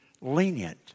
lenient